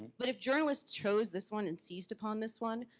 but if journalists chose this one and seized upon this one,